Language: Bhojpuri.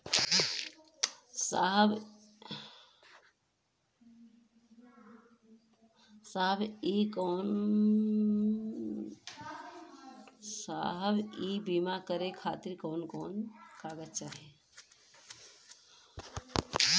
साहब इ बीमा करें खातिर कवन कवन कागज चाही?